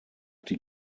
die